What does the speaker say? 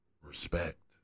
respect